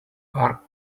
are